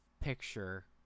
picture